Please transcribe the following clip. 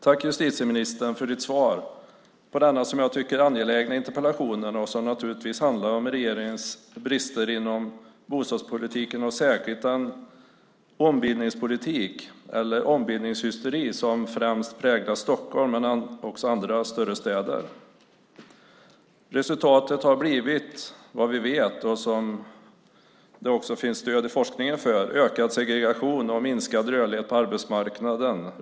Tack, justitieministern, för ditt svar på denna, som jag tycker, angelägna interpellation som naturligtvis handlar om regeringens brister inom bostadspolitiken och särskilt om den ombildningspolitik eller ombildningshysteri som främst präglar Stockholm men också andra större städer! Resultatet har blivit, vad vi vet och som det också finns stöd för i forskningen, ökad segregation och minskad rörlighet på arbetsmarknaden.